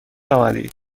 آمدید